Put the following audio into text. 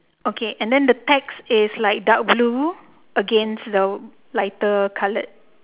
okay and then the text is like dark blue against the lighter coloured